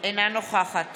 אינה נוכחת